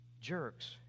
Jerks